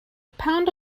pound